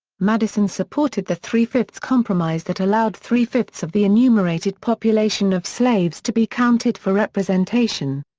madison supported the three-fifths compromise that allowed three-fifths of the enumerated population of slaves to be counted for representation.